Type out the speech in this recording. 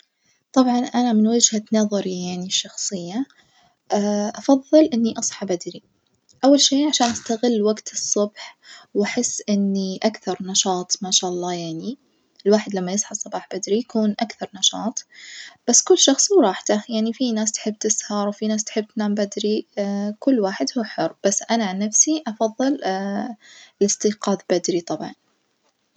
طبعًا أنا من وجهة نظري يعني الشخصية أفظل إني أصحى بدري، أول شي عشان أستغل وجت الصبح وأحس إني أكثر نشاط ماشالله يعني، الواحد لما يصحلى الصبح بدري يكون أكثر نشاط بس كل شخص وراحته، يعني في ناس تحب تسهر وفي ناس تحب تنام بدري فكل واحد هو حر، بس أنا عن نفسي أفظل الإستيقاظ بدري طبعًا.